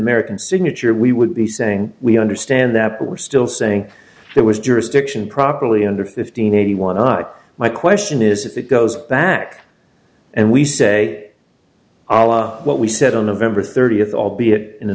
american signature we would be saying we understand that we're still saying there was jurisdiction properly under fifteen eighty one i my question is if it goes back and we say what we said on november thirtieth albeit in a